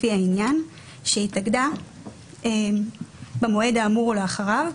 לפי העניין, שהתאגדה במועד האמור או לאחריו.